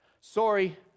Sorry